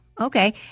okay